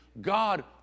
God